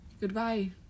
Goodbye